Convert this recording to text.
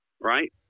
right